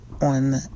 on